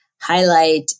highlight